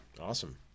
awesome